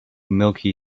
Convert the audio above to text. milky